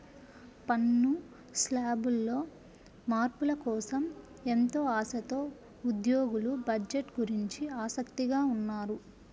పన్ను శ్లాబుల్లో మార్పుల కోసం ఎంతో ఆశతో ఉద్యోగులు బడ్జెట్ గురించి ఆసక్తిగా ఉన్నారు